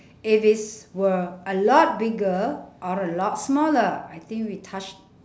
if is were a lot bigger or a lot smaller I think we touched